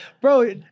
bro